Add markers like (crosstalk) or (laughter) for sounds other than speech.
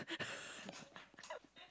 (laughs)